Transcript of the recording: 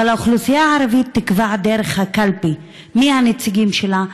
אבל האוכלוסייה הערבית תקבע דרך הקלפי מי הנציגים שלה,